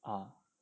ah